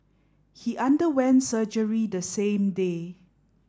he underwent surgery the same day